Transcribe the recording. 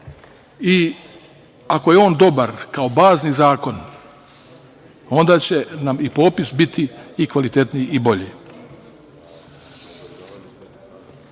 Ako je on dobar, kao bazni zakon, onda će nam i popis biti kvalitetniji i bolji.U